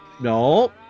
No